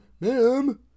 ma'am